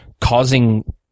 causing